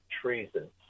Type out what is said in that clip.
treason